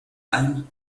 ein